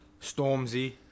Stormzy